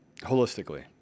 holistically